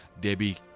Debbie